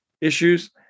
issues